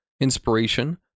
inspiration